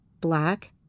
Black